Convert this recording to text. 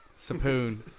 Sapoon